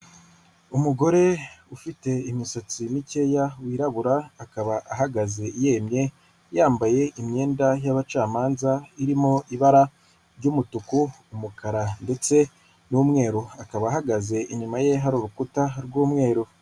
Umugore ufite imisatsi mikeya wirabura akaba ahagaze yemye yambaye imyenda y'abacamanza irimo ibara ry'umutuku, umukara ndetse n'umweru. Akaba, ahagaze inyuma ye hari urukuta rw'umweru.